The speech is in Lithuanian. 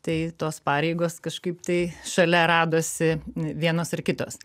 tai tos pareigos kažkaip tai šalia radosi vienos ar kitos